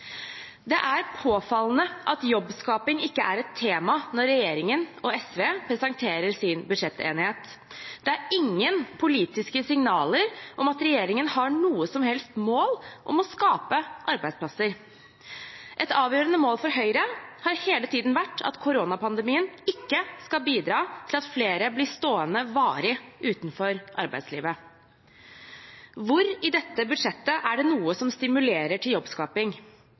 Det er påfallende at jobbskaping ikke er et tema når regjeringen og SV presenterer sin budsjettenighet. Det er ingen politiske signaler om at regjeringen har noe som helst mål om å skape arbeidsplasser. Et avgjørende mål for Høyre har hele tiden vært at koronapandemien ikke skal bidra til at flere blir stående varig utenfor arbeidslivet. Hvor i dette budsjettet er det noe som stimulerer til jobbskaping?